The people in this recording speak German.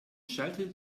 schaltete